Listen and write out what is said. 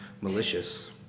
malicious